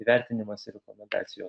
įvertinimas ir rekomendacijos